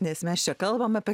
nes mes čia kalbame apie